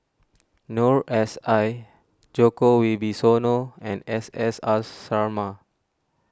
Noor S I Djoko Wibisono and S S R Sarma